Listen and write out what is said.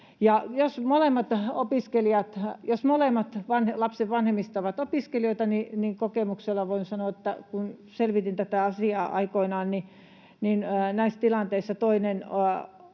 jos molemmat lapsen vanhemmista ovat opiskelijoita, niin kokemuksella voin sanoa, että kun selvitin tätä asiaa aikoinaan, niin näissä tilanteissa toinen